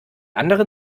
anderen